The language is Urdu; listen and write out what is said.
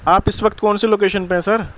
آپ اس وقت کون سی لوکیشن پہ ہیں سر